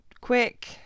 quick